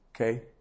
Okay